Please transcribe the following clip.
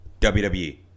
WWE